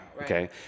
Okay